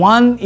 One